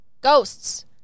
ghosts